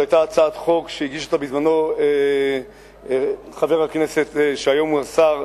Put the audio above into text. זו היתה הצעת חוק שהגיש אותה בזמנו חבר הכנסת שהיום הוא שר,